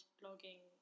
blogging